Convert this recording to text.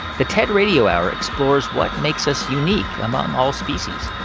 the ted radio hour explores what makes us unique among all species.